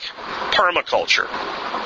permaculture